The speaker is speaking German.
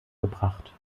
gebracht